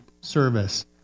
service